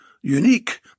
unique